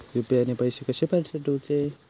UPI ने पैशे कशे पाठवूचे?